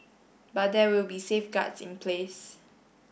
but there will be safeguards in place